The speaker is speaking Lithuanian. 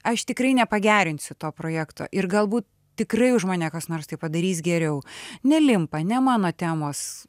aš tikrai nepagerinsiu to projekto ir galbū tikrai už mane kas nors tai padarys geriau nelimpa ne mano temos